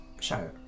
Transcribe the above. show